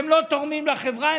הן לא תורמות לחברה,